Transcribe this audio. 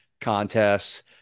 contests